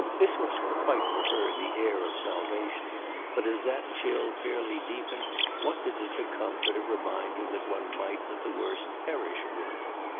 this wasn't quite for her the air of salvation but as that chill fairly deepened what did it become but a reminder that one might at the worst perish with her?